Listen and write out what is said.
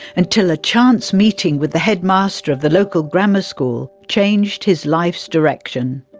until a chance meeting with the headmaster of the local grammar school changed his life's direction.